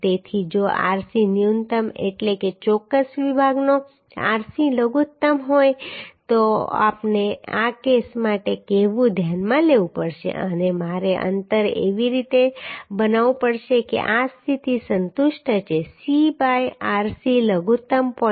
તેથી જો આરસી ન્યુનત્તમ એટલે કે ચોક્કસ વિભાગનો આરસી લઘુત્તમ હોય તો આપણે આ કેસ માટે કહેવું ધ્યાનમાં લેવું પડશે અને મારે અંતર એવી રીતે બનાવવું પડશે કે આ સ્થિતિ સંતુષ્ટ છે સી બાય આરસી લઘુત્તમ 0